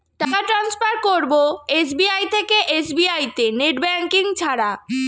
টাকা টান্সফার করব এস.বি.আই থেকে এস.বি.আই তে নেট ব্যাঙ্কিং ছাড়া?